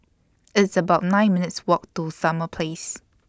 It's about nine minutes' Walk to Summer Place